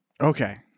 Okay